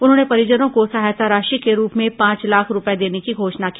उन्होंने परिजनों को सहायता राशि के रूप में पांच लाख रूपये देने की घोषणा की